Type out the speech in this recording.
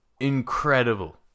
incredible